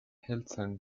hilton